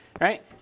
right